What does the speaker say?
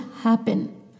happen